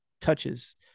touches